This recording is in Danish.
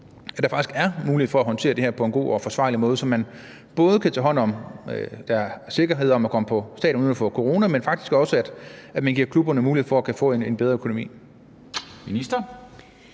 at der faktisk er mulighed for at håndtere det her på en god og forsvarlig måde, så man både kan tage hånd om, at der er sikkerhed om at komme på stadion uden at få corona, men faktisk også at man giver klubberne mulighed for at få en bedre økonomi.